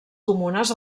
comunes